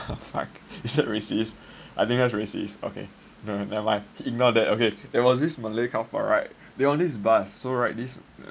is like is that racist I think that's racist okay no no nevermind ignore that okay there was this malay couple right they were on this bus so right this